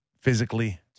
physically